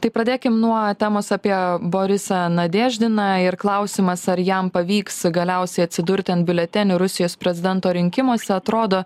tai pradėkim nuo temos apie borisą nadėždiną ir klausimas ar jam pavyks galiausiai atsidurti ant biuletenių rusijos prezidento rinkimuose atrodo